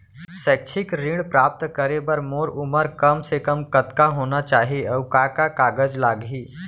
शैक्षिक ऋण प्राप्त करे बर मोर उमर कम से कम कतका होना चाहि, अऊ का का कागज लागही?